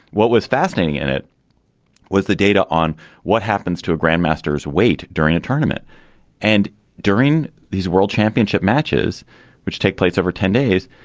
what was fascinating and it was the data on what happens to a grandmasters weight during a tournament and during these world championship matches which take place over ten days.